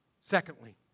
Secondly